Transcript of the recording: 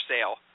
sale